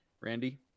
Randy